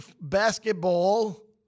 basketball